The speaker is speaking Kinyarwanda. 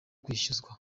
kwishyura